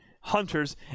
hunters